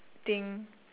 thing